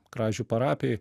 kražių parapijoj